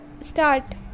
start